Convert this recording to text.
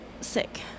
sick